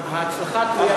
ההצלחה תלויה בכמה גורמים,